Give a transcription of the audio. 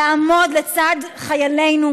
לעמוד ליד חיילינו,